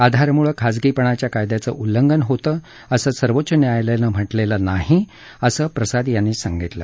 आधारमुळे खाजगीपणाच्या कायद्याचं उल्लंघन होतं असं सर्वोच्च न्यायलयानं म्हटलेलं ही असं प्रसाद म्हणाले